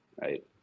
right